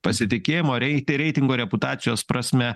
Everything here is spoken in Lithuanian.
pasitikėjimo rei reitingo reputacijos prasme